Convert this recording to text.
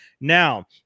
Now